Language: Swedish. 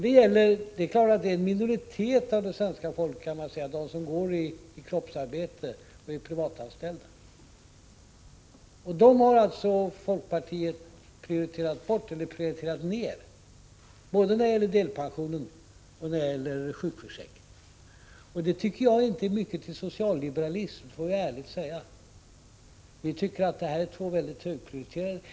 Det är klart att man kan säga att det är en minoritet av det svenska folket som går i kroppsarbete och är privatanställda. Dessa har alltså folkpartiet prioriterat ned, både när det gäller delpensionen och när det gäller sjukförsäkringen. Det är inte mycket till socialliberalism, det får jag ärligen säga. Vi tycker att detta är två områden som bör prioriteras mycket högt.